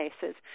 cases